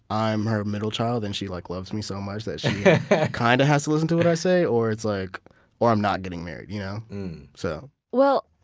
i'm her middle child and she like loves me so much that she kind of has to listen to what i say or it's like i'm not getting married. you know so well,